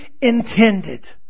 intended